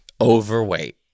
overweight